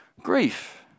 grief